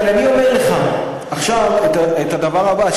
אבל אני אומר לך עכשיו את הדבר הבא,